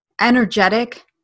energetic